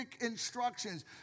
instructions